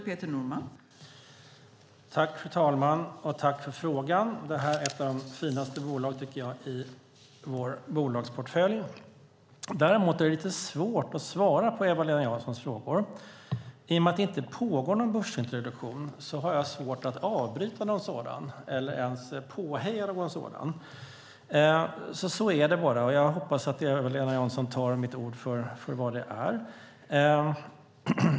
Fru talman! Tack för frågan, Eva-Lena Jansson! Det här tycker jag är ett av de finaste bolagen i vår bolagsportfölj. Däremot är det lite svårt att svara på Eva-Lena Janssons frågor. I och med att det inte pågår någon börsintroduktion har jag svårt att avbryta eller påheja någon sådan. Så är det, och jag hoppas att Eva-Lena Jansson tar mitt ord för vad det är.